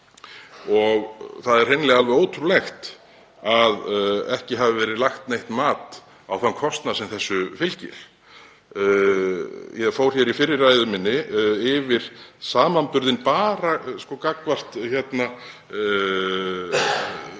Það er hreinlega alveg ótrúlegt að ekki hafi verið lagt neitt mat á þann kostnað sem þessu fylgir. Ég fór í fyrri ræðu minni yfir samanburðinn bara gagnvart